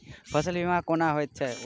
फसल बीमा कोना होइत छै?